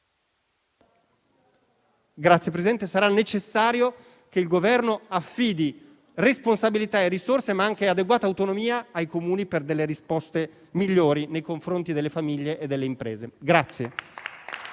i Comuni. Sarà necessario che il Governo affidi responsabilità e risorse, ma anche adeguata autonomia ai Comuni, per delle risposte migliori nei confronti delle famiglie e delle imprese.